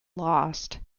lost